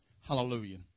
Hallelujah